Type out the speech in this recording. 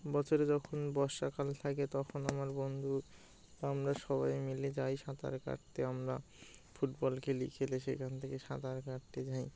বছরে যখন বর্ষাকাল থাকে তখন আমার বন্ধু আমরা সবাই মিলে যাই সাঁতার কাটতে আমরা ফুটবল খেলি খেলে সেখান থেকে সাঁতার কাটতে যাই